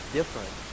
different